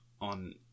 on